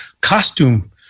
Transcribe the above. costume